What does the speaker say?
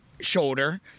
shoulder